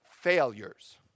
failures